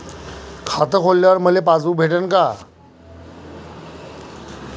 खातं खोलल्यावर मले पासबुक भेटन का?